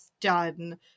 done